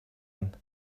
and